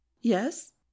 yes